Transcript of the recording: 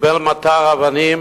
קיבל מטר אבנים,